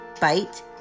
bite